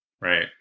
right